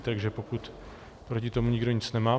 Takže pokud proti tomu nikdo nic nemá...